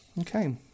Okay